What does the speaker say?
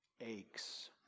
aches